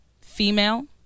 female